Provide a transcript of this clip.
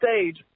stage